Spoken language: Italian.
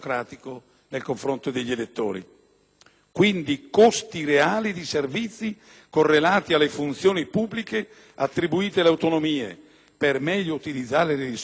Quindi, costi reali di servizi correlati alle funzioni pubbliche attribuite alle autonomie, per meglio utilizzare le risorse del prelievo operato sui contribuenti,